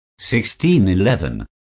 1611